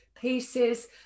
pieces